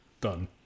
Done